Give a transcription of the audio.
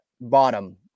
bottom